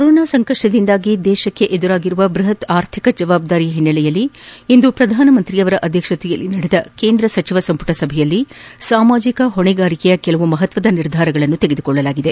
corona ಸಂಕಪ್ಪದಿಂದಾಗಿ ದೇಶಕ್ಕೆ ಎದುರಾಗಿರುವ ಬೃಪತ್ ಆರ್ಥಿಕ ಜವಾಬ್ದಾರಿಯ ಹಿನ್ನೆಲೆಯಲ್ಲಿ ಇಂದು ಪ್ರಧಾನಮಂತ್ರಿ ಆಧ್ಯಕ್ಷತೆಯಲ್ಲಿ ನಡೆದ ಕೇಂದ್ರ ಸಚಿವ ಸಂಪುಟ ಸಭೆಯಲ್ಲಿ ಸಾಮಾಜಿಕ ಹೊಣೆಗಾರಿಕೆಯ ಕೆಲವು ಮಹತ್ತದ ನಿರ್ಧಾರಗಳನ್ನು ತೆಗೆದುಕೊಳ್ಳಲಾಗಿದೆ